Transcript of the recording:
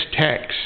text